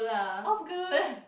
all's good